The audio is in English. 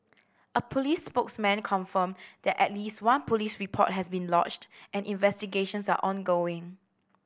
a police spokesman confirmed that at least one police report has been lodged and investigations are ongoing